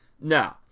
No